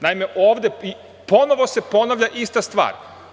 Naime, ponovo se ponavlja ista stvar.